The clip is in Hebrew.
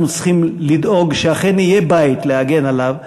אנחנו צריכים לדאוג שאכן יהיה בית להגן עליו,